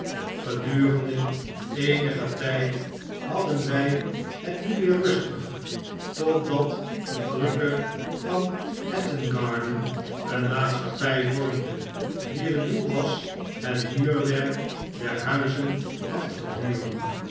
gedurende eenigen tjjd hadden wij het nu weer rustig totdat een drukker van hattton garden een maatschappy vormde wier doel was het muurwerk der huizenafte huren